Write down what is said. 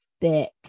thick